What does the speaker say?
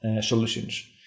solutions